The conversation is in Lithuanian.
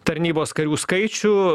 tarnybos karių skaičių